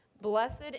Blessed